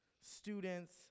students